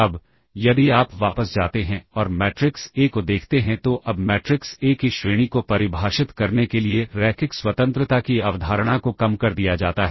अब यदि आप वापस जाते हैं और मैट्रिक्स ए को देखते हैं तो अब मैट्रिक्स ए की श्रेणी को परिभाषित करने के लिए रैखिक स्वतंत्रता की अवधारणा को कम कर दिया जाता है